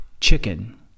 chicken